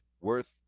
worth